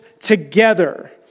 together